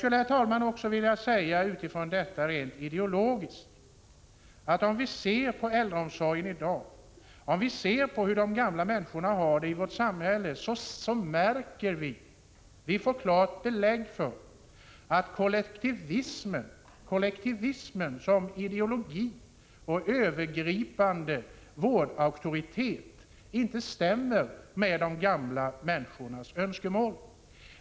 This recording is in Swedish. Låt mig också mot bakgrund av detta rent ideologiskt säga, att om vi ser på äldreomsorgen i dag, om vi ser på hur de gamla människorna har det i vårt samhälle, får vi klart belägg för att kollektivismen som ideologi, som låt mig säga övergripande vårdauktoritet, inte stämmer med de gamla människornas önskemål.